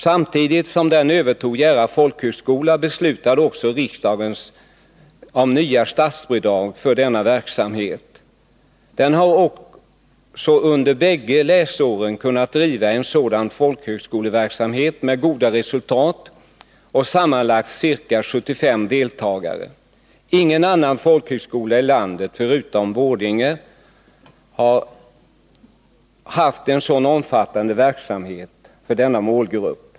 Samtidigt som man övertog Jära folkhögskola beslutade också riksdagen om nya statsbidrag för denna verksamhet. Man har också under bägge läsåren kunnat driva en sådan folkhögskoleverksamhet med goda resultat och sammanlagt ca 75 deltagare. Ingen annan folkhögskola i landet utom Vårdinge har haft en så omfattande verksamhet för denna målgrupp.